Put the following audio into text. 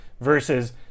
versus